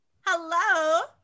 Hello